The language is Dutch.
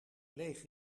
leeg